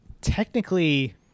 technically